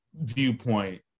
viewpoint